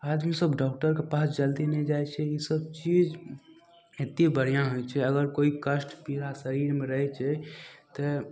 आदमी सब डॉक्टरके पास जल्दी नहि जाइ छै ईसब चीज एते बढ़िआँ होइ छै अगर कोइ कष्ट पीड़ा शरीरमे रहय छै तऽ